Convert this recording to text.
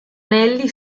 anelli